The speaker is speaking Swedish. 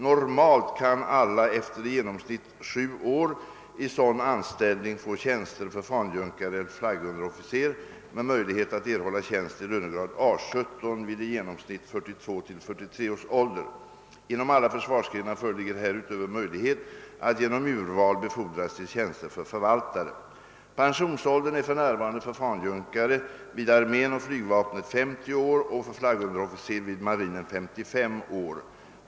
Normalt kan alla efter i genomsnitt sju år i sådan anställning få tjänster för fanjunkare eller flagg underofficer med möjlighet att erhålla tjänst i lönegrad A 17 vid i genomsnitt 42—43 års ålder. Inom alla försvarsgrenar föreligger härutöver möjlighet att genom urval befordras till; tjänster för förvaltare. Pensionsåldern är för närvarande för fanjunkare vid armén och flygvapnet 50 år och för flaggunderofficer vid marinen 55 år.